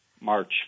March